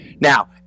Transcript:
Now